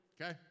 okay